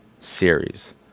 series